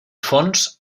fons